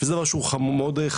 זה דבר שהוא מאוד חמור,